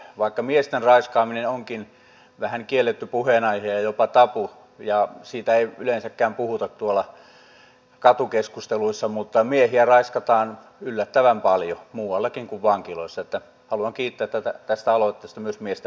vaikka miesten raiskaaminen onkin vähän kielletty puheenaihe ja jopa tabu ja siitä ei yleensäkään puhuta katukeskusteluissa miehiä raiskataan yllättävän paljon muuallakin kuin vankiloissa että haluan kiittää tästä aloitteesta myös miesten puolesta